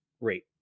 rate